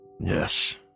Yes